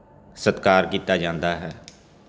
ਸਤਿਕਾਰ ਕੀਤਾ ਜਾਂਦਾ ਹੈ